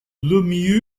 lemieux